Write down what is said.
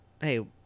hey